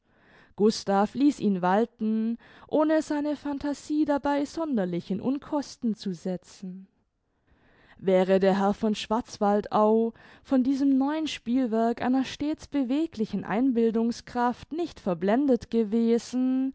gustav ließ ihn walten ohne seine phantasie dabei sonderlich in unkosten zu setzen wäre der herr von schwarzwaldau von diesem neuen spielwerk einer stets beweglichen einbildungskraft nicht verblendet gewesen